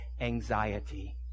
anxiety